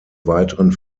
weiteren